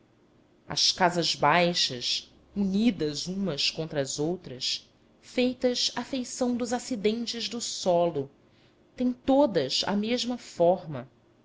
as casas baixas unidas umas contra as outras feitas à feição dos acidentes do solo têm todas a mesma forma